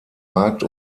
markt